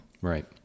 right